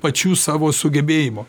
pačių savo sugebėjimų